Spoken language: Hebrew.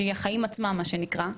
שהיא החיים עצמם מה שנקרא,